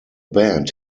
band